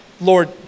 Lord